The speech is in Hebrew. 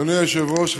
אדוני היושב-ראש,